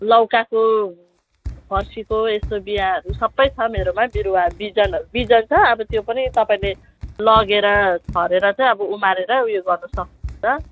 लौकाको फर्सीको यस्तो बियाँहरू सबै छ मेरोमा बिरुवा बिजनहरू बिजन छ अब त्यो पनि तपाईँले लगेर छरेर चाहिँ अब उमारेर उयो गर्न सक्नुहुन्छ